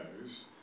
goes